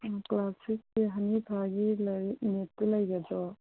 ꯎꯝ class ꯁꯤꯛꯁꯀꯤ ꯍꯅꯤꯐꯥꯒꯤ ꯂꯥꯏꯔꯤꯛ ꯃꯦꯠꯁꯇꯨ ꯂꯩꯒꯗ꯭ꯔꯣ